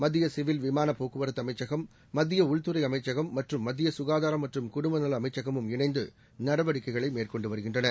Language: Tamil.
மத்தியசிவில் விமானபோக்குவரத்துஅமைச்சகம் மத்தியஉள்துறைஅமைச்சகம் மற்றும் மத்தியசுகாதாரம் மற்றும் குடும்பநலஅமைச்சகமும் இணைந்துநடவடிககைகளைமேற்கொண்டுவருகின்றன